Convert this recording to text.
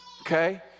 Okay